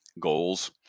goals